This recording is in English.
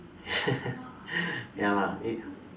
ya it's